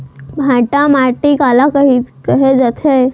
भांटा माटी काला कहे जाथे?